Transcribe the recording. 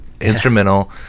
instrumental